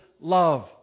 love